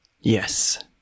Yes